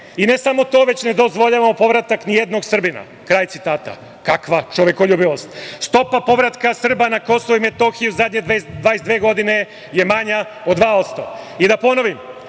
I ne samo to, već ne dozvoljavamo povratak nijednog Srbina. Kraj citata. Kakva čovekoljubivost. Stopa povratka Srba na KiM zadnje 22 godine je manja od 2%. da ponovim,